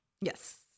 Yes